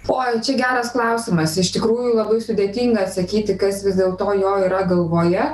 oi čia geras klausimas iš tikrųjų labai sudėtinga sakyti kas vis dėlto jo yra galvoje